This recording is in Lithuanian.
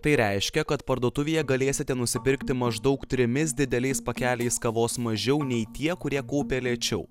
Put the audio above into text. tai reiškia kad parduotuvėje galėsite nusipirkti maždaug trimis dideliais pakeliais kavos mažiau nei tie kurie kaupė lėčiau